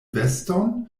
veston